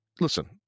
Listen